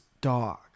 dog